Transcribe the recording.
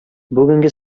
бүгенге